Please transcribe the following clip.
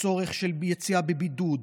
בצורך של יציאה מבידוד,